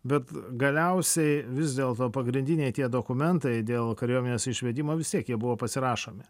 bet galiausiai vis dėlto pagrindiniai tie dokumentai dėl kariuomenės išvedimo vis tiek jie buvo pasirašomi